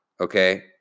Okay